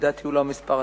2. יש לנו השאלה השנייה.